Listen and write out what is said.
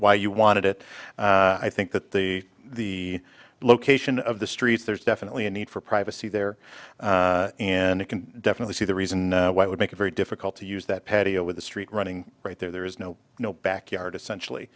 why you wanted it i think that the the location of the streets there's definitely a need for privacy there and it can definitely see the reason why it would make it very difficult to use that patio with the street running right there is no no backyard essentially